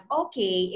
okay